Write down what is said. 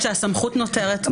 כשהסמכות נותרת בידינו.